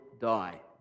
die